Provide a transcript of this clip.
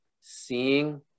seeing